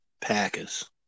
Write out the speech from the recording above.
Packers